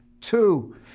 two